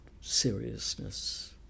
seriousness